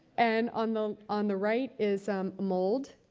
and on the on the right is a mold.